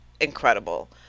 incredible